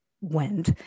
went